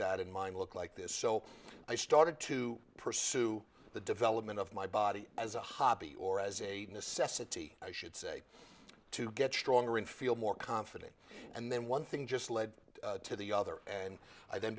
that in mind look like this so i started to pursue the development of my body as a hobby or as a necessity i should say to get stronger in feel more confident and then one thing just led to the other and i then